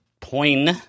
Point